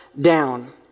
down